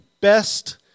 best